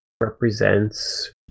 represents